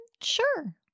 Sure